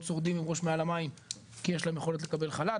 שורדים עם ראש מעל למים כי יש להם יכולת לקבל חל"ת,